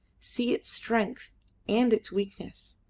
see its strength and its weakness,